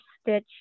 stitch